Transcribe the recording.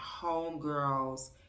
homegirls